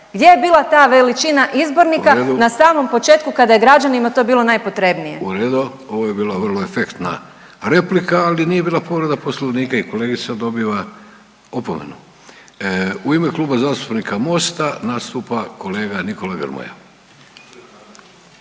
Gdje je bila ta veličina izbornika …/Upadica: U redu./… na samom početku kada je građanima to bilo najpotrebnije? **Vidović, Davorko (Socijaldemokrati)** Ovo je bila vrlo efektna replika, ali nije bila povreda Poslovnika i kolegica dobiva opomenu. U ime Kluba zastupnika MOST-a nastupa kolega Nikola Grmoja.